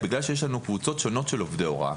בגלל שיש לנו קבוצות שונות של עובדי הוראה